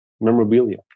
memorabilia